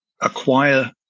acquire